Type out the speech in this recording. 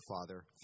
Father